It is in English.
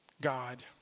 God